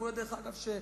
דרך אגב,